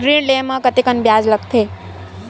ऋण ले म कतेकन ब्याज लगथे?